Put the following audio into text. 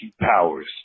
powers